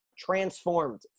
Transformed